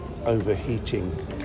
Overheating